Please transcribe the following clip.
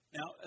Now